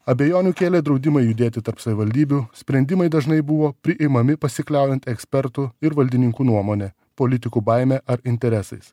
abejonių kėlė draudimai judėti tarp savivaldybių sprendimai dažnai buvo priimami pasikliaujant ekspertų ir valdininkų nuomone politikų baime ar interesais